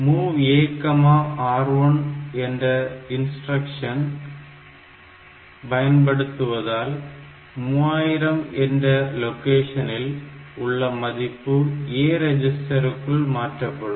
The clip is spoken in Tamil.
MOV A R1 என்ற இன்ஸ்டிரக்ஷன் பயன்படுத்தப்படுவதால் 3000 என்ற லொக்கேஷனில் உள்ள மதிப்பு A ரெஜிஸ்டர்க்குள் மாற்றப்படும்